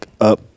up